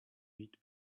meet